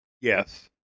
Yes